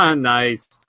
Nice